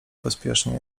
pośpiesznie